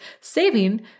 saving